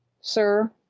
sir